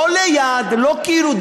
לא ליד, לא כאילו.